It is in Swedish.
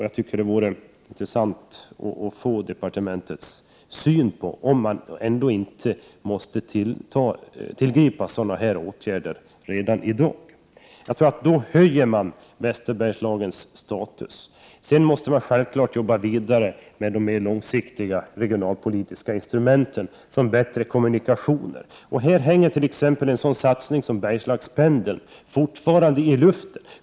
Jag tycker att det vore intressant att få departementets syn på frågan om man ändå inte måste tillgripa sådana här åtgärder redan nu. Då höjer man Västerbergslagens status. Sedan måste man självfallet arbeta vidare med de långsiktiga regionalpolitiska instrumenten, som bättre kommunikationer. Här hänger t.ex. en sådan satsning som Bergslagspendeln fortfarande i luften.